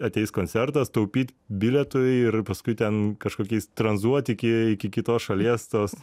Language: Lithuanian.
ateis koncertas taupyt bilietui ir paskui ten kažkokiais tranzuot iki iki kitos šalies tos